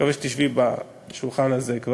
ואני מקווה שתשבי כבר בשולחן הזה,